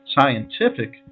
scientific